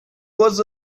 was